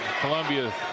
Columbia